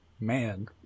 Man